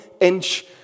inch